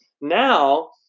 now